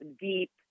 deep